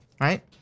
right